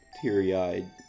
teary-eyed